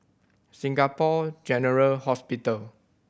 Singapore General Hospital